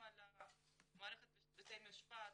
גם למערכת בתי המשפט,